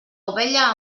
ovella